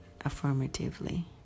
affirmatively